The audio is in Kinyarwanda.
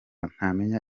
ntamenya